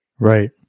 right